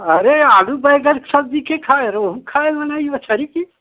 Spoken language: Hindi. अरे आलू बैंगन क सब्जी के खाए रोहू खाए मनई मछरी की